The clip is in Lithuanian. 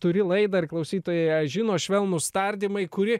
turi laidą ir klausytojai ją žino švelnūs tardymai kuri